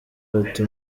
bati